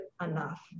enough